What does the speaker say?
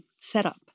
setup